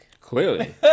Clearly